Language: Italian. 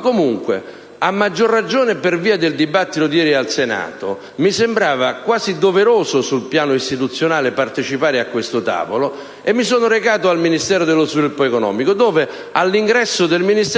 Comunque, a maggior ragione per via del dibattito di ieri al Senato, mi sembrava quasi doveroso sul piano istituzionale partecipare a questo tavolo; mi sono pertanto recato al Ministero dello sviluppo economico dove, all'ingresso,